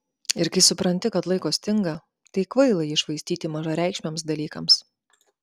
ir kai supranti kad laiko stinga tai kvaila jį švaistyti mažareikšmiams dalykams